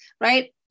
right